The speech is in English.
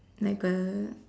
like a